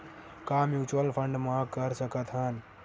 का mutual fund म कर सकत हन?